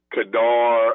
Kadar